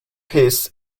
his